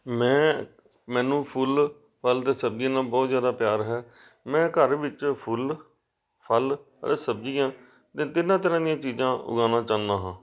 ਮੈਂ ਮੈਨੂੰ ਫੁੱਲ ਫਲ ਅਤੇ ਸਬਜ਼ੀਆਂ ਨਾਲ ਬਹੁਤ ਜ਼ਿਆਦਾ ਪਿਆਰ ਹੈ ਮੈਂ ਘਰ ਵਿੱਚ ਫੁੱਲ ਫਲ ਅਤੇ ਸਬਜ਼ੀਆਂ ਅਤੇ ਤਿੰਨਾਂ ਤਰ੍ਹਾਂ ਦੀਆਂ ਚੀਜ਼ਾਂ ਉਗਾਉਣਾ ਚਾਹੁੰਦਾ ਹਾਂ